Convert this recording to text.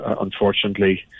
unfortunately